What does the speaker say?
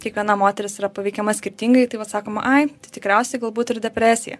kiekviena moteris yra paveikiama skirtingai tai vat sakoma ai tai tikriausiai galbūt ir depresija